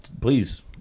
Please